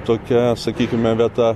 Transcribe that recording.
tokia sakykime vieta